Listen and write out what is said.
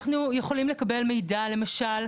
אנחנו יכולים לקבל מידע, למשל,